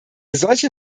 solche